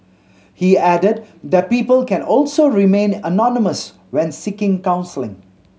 he added that people can also remain anonymous when seeking counselling